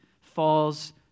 falls